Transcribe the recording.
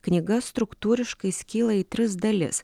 knyga struktūriškai skyla į tris dalis